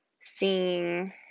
seeing